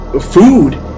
food